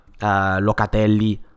Locatelli